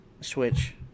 Switch